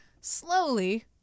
slowly